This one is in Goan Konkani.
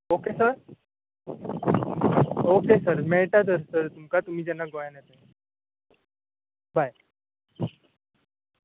ऑके सर ऑके सर मेयटा तर सर तुमकां तुमी जेन्ना गोंयान येता तेन्ना बाय